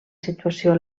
situació